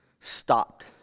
stopped